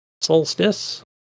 Solstice